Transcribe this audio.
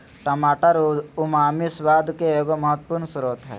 टमाटर उमामी स्वाद के एगो महत्वपूर्ण स्रोत हइ